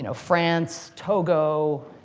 you know france, togo,